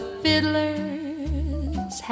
fiddlers